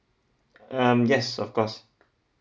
um yes of course